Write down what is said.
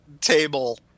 table